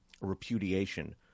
repudiation